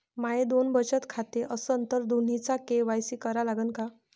माये दोन बचत खाते असन तर दोन्हीचा के.वाय.सी करा लागन का?